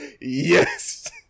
yes